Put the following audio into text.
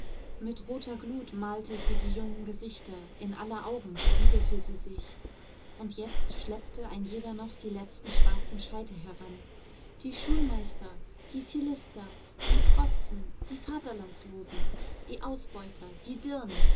mit roter glut malte sie die jungen gesichter in aller augen spiegelte sie sich und jetzt schleppte ein jeder noch die letzten schwarzen scheite heran die schulmeister die philister die protzen die vaterlandslosen die ausbeuter die dirnen